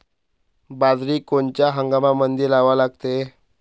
बाजरी कोनच्या हंगामामंदी लावा लागते?